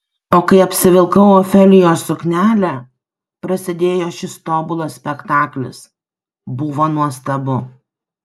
o kai apsivilkau ofelijos suknelę prasidėjo šis tobulas spektaklis buvo nuostabu